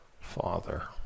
Father